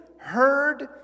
heard